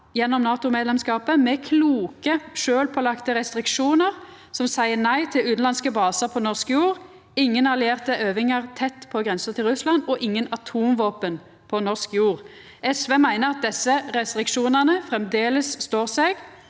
gjennom NATO-medlemskapen – med kloke, sjølvpålagde restriksjonar som seier nei til utanlandske basar på norsk jord, ingen allierte øvingar tett på grensa til Russland og ingen atomvåpen på norsk jord. SV meiner at desse restriksjonane framleis står seg,